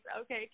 Okay